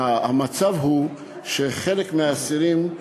המצב הוא שחלק מהאסירים,